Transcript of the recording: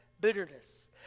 bitterness